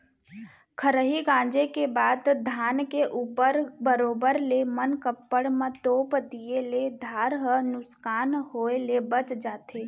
खरही गॉंजे के बाद धान के ऊपर बरोबर ले मनकप्पड़ म तोप दिए ले धार ह नुकसान होय ले बॉंच जाथे